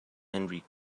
henry